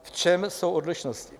V čem jsou odlišnosti?